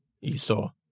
Esau